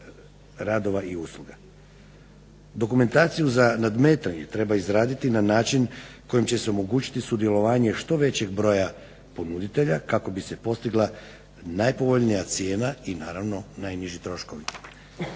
radova i usluga. Dokumentaciju za nadmetanje treba izraditi na način kojim će se omogućiti sudjelovanje što većeg broja ponuditelja kako bi se postigla najpovoljnija cijena i naravno najniži troškovi.